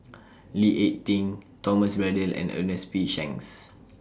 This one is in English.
Lee Ek Tieng Thomas Braddell and Ernest P Shanks